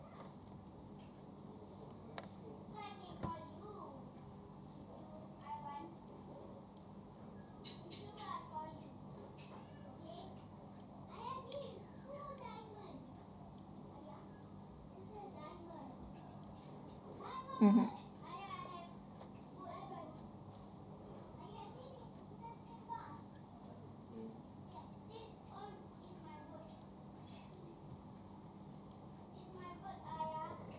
mmhmm